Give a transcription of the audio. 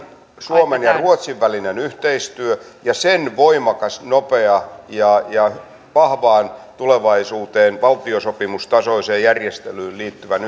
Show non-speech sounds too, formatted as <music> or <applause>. suomen ja ruotsin välinen yhteistyö ja sen voimakas nopea ja ja vahvaan tulevaisuuteen valtiosopimustasoiseen järjestelyyn liittyvän <unintelligible>